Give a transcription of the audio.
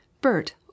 Bert